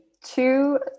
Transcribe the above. two